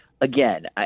again